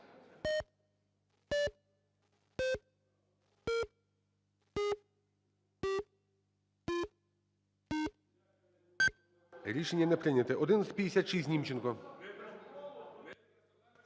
Рішення не прийнято.